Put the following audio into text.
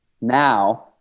Now